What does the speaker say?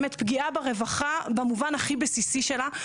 באמת, פגיעה ברווחה במובן הכי בסיסי שלה.